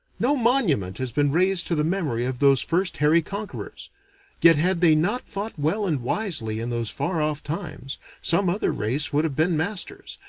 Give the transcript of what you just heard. no monument has been raised to the memory of those first hairy conquerors yet had they not fought well and wisely in those far-off times, some other race would have been masters,